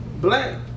black